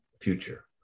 future